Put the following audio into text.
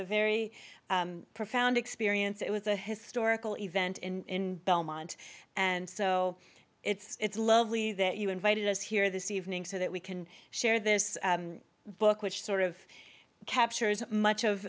a very profound experience it was a historical event in belmont and so it's lovely that you invited us here this evening so that we can share this book which sort of captures much of